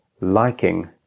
liking